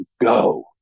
go